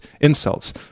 insults